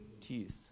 teeth